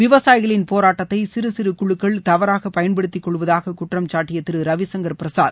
விவசாயிகளின் போராட்டத்தை சிறு சிறு சுழுக்கள் தவறாக பயன்படுத்திக் கொள்வதாகக் குற்றம்சாட்டிய திரு ரவிசங்கள் பிரசாத்